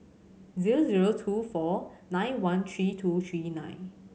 zero zero two four nine one three two three nine